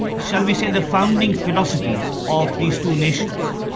shall we say, the founding philosophies of these two nations.